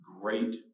great